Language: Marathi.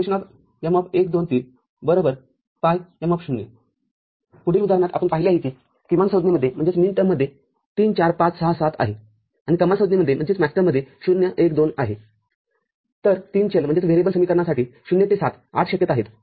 y ∑ m१२३ ∏ M० पुढील उदाहरणात आपण पाहिले आहे कीकिमान संज्ञेमध्ये३४५ ६७ आहे आणि कमाल संज्ञेमध्ये ०१२ आहे तरतीन चल समीकरणासाठी० ते ७ आठ शक्यता आहेत